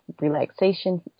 relaxation